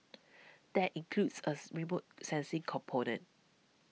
that includes as remote sensing component